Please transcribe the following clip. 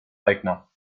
eigner